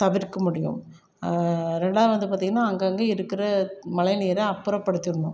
தவிர்க்க முடியும் ரெண்டாவது வந்து பார்த்திங்கன்னா அங்கங்கே இருக்கிற மழை நீரை அப்புறப்படுத்திடணும்